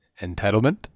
Entitlement